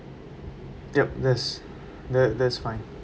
yup that's that that's fine